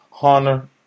Hunter